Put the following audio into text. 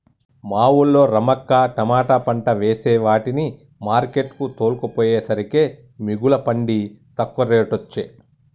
మా వూళ్ళో రమక్క తమాట పంట వేసే వాటిని మార్కెట్ కు తోల్కపోయేసరికే మిగుల పండి తక్కువ రేటొచ్చె